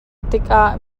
tikah